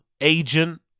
agent